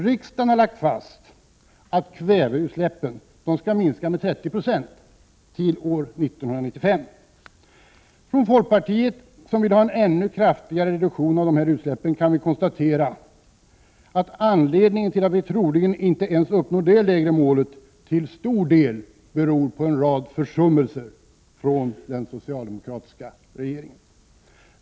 Riksdagen har lagt fast att kväveutsläppen skall minska med 30 9 till år 1995. Från folkpartiet, som vill ha en ännu kraftigare reduktion av utsläppen, kan vi konstatera att anledningen till att man troligen inte ens uppnår det lägre målet till stor del är en rad försummelser från den socialdemokratiska regeringen.